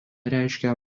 reiškia